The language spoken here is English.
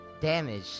Damage